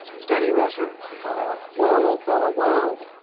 steady, rusher, he called out. whoa, old fellow, whoa!